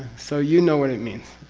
so, you know what it means.